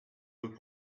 deux